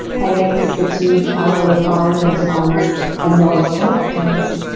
headaches, fatigue, elevated thyroid antibodies, as well as joint pains.